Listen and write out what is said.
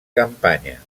campanya